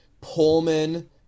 Pullman